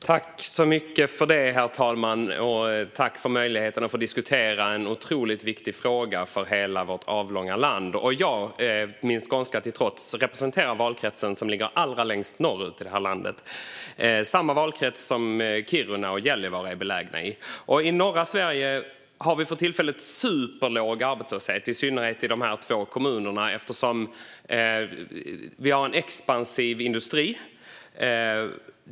Herr talman! Jag tackar för möjligheten att diskutera en otroligt viktig fråga för hela vårt avlånga land. Jag representerar, min skånska till trots, den valkrets som ligger allra längst norrut i landet - samma valkrets som Kiruna och Gällivare är belägna i. I norra Sverige har vi för tillfället superlåg arbetslöshet, i synnerhet i dessa två kommuner, eftersom vi har en expansiv industri.